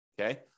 Okay